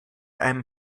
einem